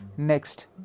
Next